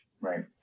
Right